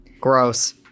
Gross